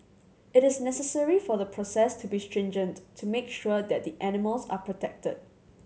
it is necessary for the process to be stringent to make sure that the animals are protected